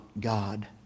God